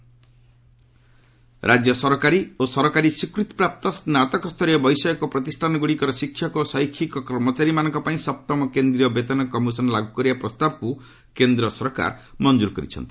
ଗଭ୍ pay commission ରାଜ୍ୟ ସରକାରୀ ଓ ସରକାରୀ ସ୍ୱୀକୃତିପ୍ରାପ୍ତ ସ୍ନାତକସ୍ତରୀୟ ବୈଷୟିକ ପ୍ରତିଷ୍ଠାନଗୁଡ଼ିକର ଶିକ୍ଷକ ଓ ଶୈକ୍ଷିକ କର୍ମଚାରୀମାନଙ୍କ ପାଇଁ ସପ୍ତମ କେନ୍ଦ୍ରୀୟ ବେତନ କମିଶନ୍ ଲାଗୁ କରିବା ପ୍ରସ୍ତାବକୁ କେନ୍ଦ୍ର ସରକାର ମଞ୍ଜୁର କରିଛନ୍ତି